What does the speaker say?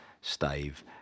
stave